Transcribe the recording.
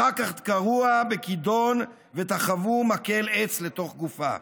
אחר כך דקרוה בכידון ותחבו מקל עץ לתוך גופה".